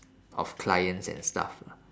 of clients and stuff lah